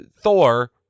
Thor